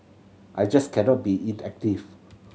I just cannot be inactive